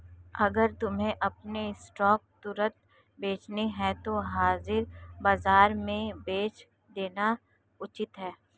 अगर तुम्हें अपने स्टॉक्स तुरंत बेचने हैं तो हाजिर बाजार में बेच देना उचित है